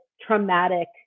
traumatic